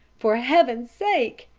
for heaven's sake,